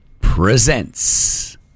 presents